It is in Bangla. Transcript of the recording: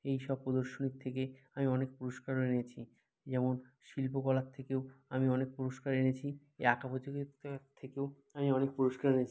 এই সব প্রদর্শনী থেকে আমি অনেক পুরস্কারও এনেছি যেমন শিল্পকলা থেকেও আমি অনেক পুরস্কার এনেছি এই আঁকা প্রতিযোগিতা থেকেও আমি অনেক পুরস্কার এনেছি